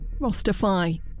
Rostify